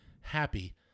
happy